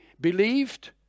believed